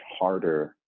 harder